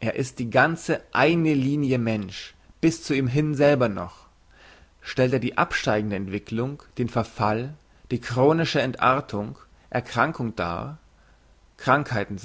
er ist die ganze eine linie mensch bis zu ihm hin selber noch stellt er die absteigende entwicklung den verfall die chronische entartung erkrankung dar krankheiten